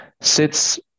sits